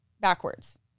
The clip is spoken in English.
backwards